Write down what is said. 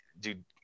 dude